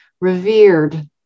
revered